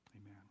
Amen